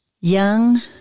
Young